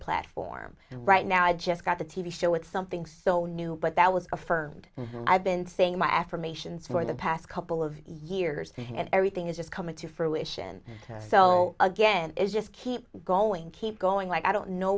platform and right now i just got the t v show with something so new but that was affirmed i've been saying my affirmations for the past couple of years and everything is just coming to fruition still again it's just keep going keep going like i don't know